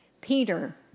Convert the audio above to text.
Peter